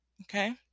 Okay